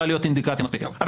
אינדיקציה מספקת.